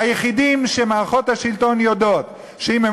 היחידים שמערכות השלטון יודעות שאם הם